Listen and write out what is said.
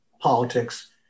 politics